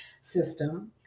system